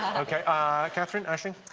ok ah katherine, aisling?